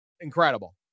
incredible